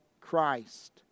Christ